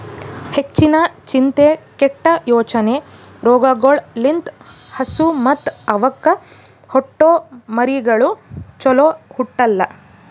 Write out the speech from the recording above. ಹೆಚ್ಚಿನ ಚಿಂತೆ, ಕೆಟ್ಟ ಯೋಚನೆ ರೋಗಗೊಳ್ ಲಿಂತ್ ಹಸು ಮತ್ತ್ ಅವಕ್ಕ ಹುಟ್ಟೊ ಮರಿಗಳು ಚೊಲೋ ಹುಟ್ಟಲ್ಲ